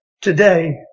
today